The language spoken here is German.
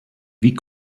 wie